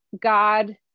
God